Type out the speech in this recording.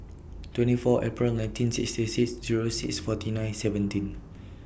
twenty four April nineteen sixty six juror six forty nine seventeen